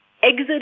Exit